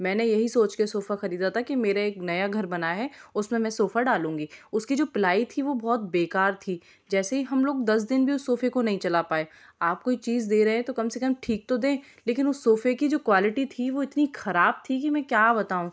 मैंने यही सोच के सोफ़ा खरीदा था कि मेरे एक नया घर बना है उसमें मैं सोफा डालूँगी उसकी जो प्लाई थी वो बहुत बेकार थी जैसे ही हम लोग दस दिन भी उस सोफे को नहीं चला पाए आप कोई चीज़ दे रहे है तो कम से कम ठीक तो दें लेकिन उस सोफ़े कि जो क्वालिटी थी वो इतनी खराब थी कि मैं क्या बताऊँ